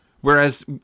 Whereas